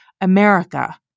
America